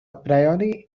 priori